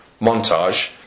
montage